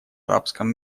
арабском